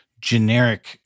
generic